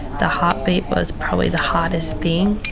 the heartbeat was probably the hardest thing